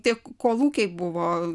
tiek kolūkiai buvo